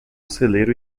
celeiro